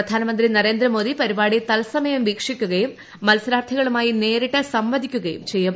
പ്രധാനമന്ത്രി നരേന്ദ്രമോദി പരിപാടി തൽസമയം വീക്ഷിക്കുകയും മത്സരാർത്ഥികളുമായി നേരിട്ട് സംവദിക്കുകയ്യും ചെയ്യും